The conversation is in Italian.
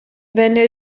venne